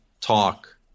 talk